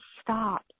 Stop